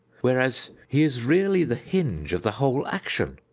whereas he is really the hinge of the whole action.